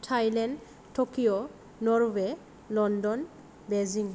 Thailand Tokyo Norway London Beijing